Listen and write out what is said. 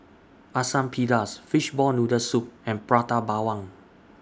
Asam Pedas Fishball Noodle Soup and Prata Bawang